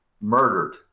murdered